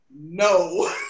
No